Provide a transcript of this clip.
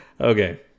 okay